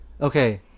okay